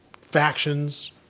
factions